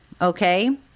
okay